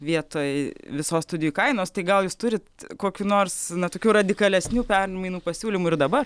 vietoj visos studijų kainos tai gal jūs turit kokių nors na tokių radikalesnių permainų pasiūlymų ir dabar